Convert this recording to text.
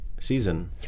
season